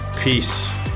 peace